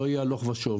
לא יהיה הלוך ושוב.